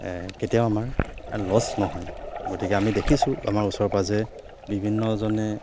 কেতিয়াও আমাৰ লছ নহয় গতিকে আমি দেখিছোঁ আমাৰ ওচৰৰ পাজৰে বিভিন্নজনে